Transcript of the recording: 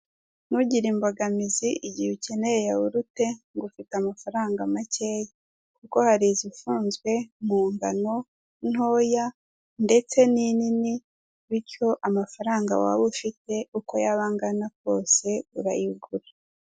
Ntugire imbogamizi igihe ukeneye yahurute ngo ufite amafaranga makeya kuko hari izifunzwe mungano intoya ndetse ninini bityo amafaranga waba ufite uko yaba angana kose urayigura.